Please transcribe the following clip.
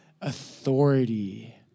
authority